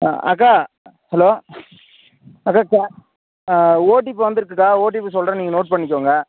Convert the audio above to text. அக்கா ஹலோ அக்கா கே ஓடிபி வந்துருக்குக்கா ஓடிபி சொல்லுறன் நீங்கள் நோட் பண்ணிக்கோங்க